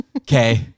Okay